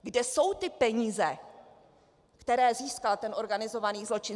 Kde jsou ty peníze, které získal ten organizovaný zločin?